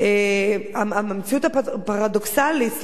המציאות הפרדוקסלית,